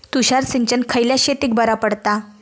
तुषार सिंचन खयल्या शेतीक बरा पडता?